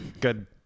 good